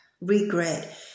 regret